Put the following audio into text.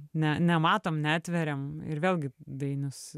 ne nematom netveriam ir vėlgi dainius